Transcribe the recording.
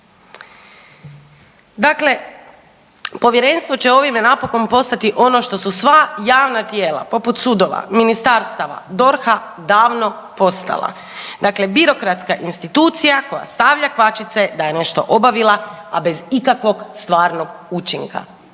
Dakle, Povjerenstvo će ovime napokon postati ono što su sva javna tijela poput sudova, ministarstava, DORH-a davno postala. Dakle, birokratska institucija koja stavlja kvačice da je nešto obavila a bez ikakvog stvarnog učinka